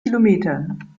kilometern